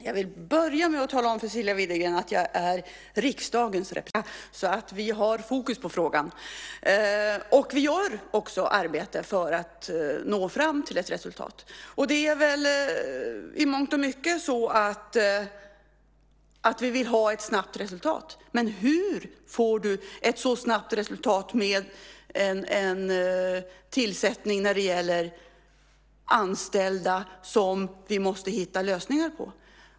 Fru talman! Jag kan lugna Cecilia Widegren med att den kontakten med regeringen sker varje vecka, så vi har fokus på frågan. Vi arbetar också för att nå fram till ett resultat. Det är väl i mångt och mycket så att vi vill ha ett snabbt resultat. Men hur får du ett så snabbt resultat med en tillsättning när det gäller anställda som vi måste hitta lösningar för?